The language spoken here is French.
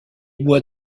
bois